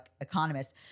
economist